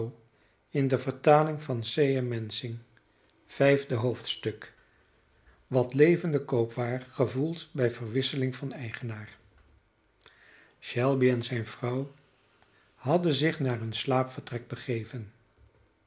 vijfde hoofdstuk wat levende koopwaar gevoelt bij verwisseling van eigenaar shelby en zijne vrouw hadden zich naar hun slaapvertrek begeven